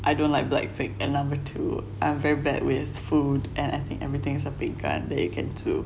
I don't like blackpink and number two I am very bad with food and I think everything's a 饼干 that you can 煮